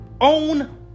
own